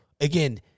again